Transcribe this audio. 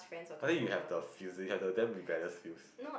I think you have the feels you have the damn rebellious feels